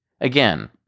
Again